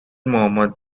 mohammed